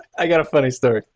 i got a funny story.